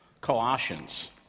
Colossians